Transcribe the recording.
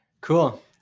Cool